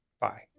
Bye